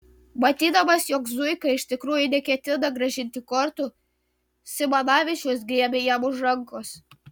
matydamas jog zuika iš tikrųjų neketina grąžinti kortų simanavičius griebė jam už rankos